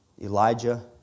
Elijah